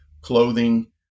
clothing